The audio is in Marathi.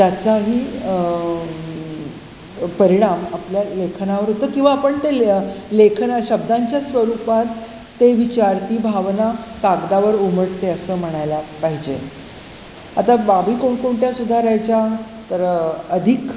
त्याचाही परिणाम आपल्या लेखनावर होतो किंवा आपण ते ले लेखांना शब्दांच्या स्वरूपात ते विचार ती भावना कागदावर उमटते असं म्हणायला पाहिजे आता बाबी कोणकोणत्या सुधारायच्या तर अधिक